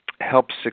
helps